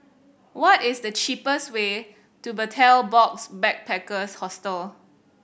what is the cheapest way to Betel Box Backpackers Hostel